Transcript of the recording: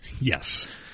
Yes